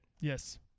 Yes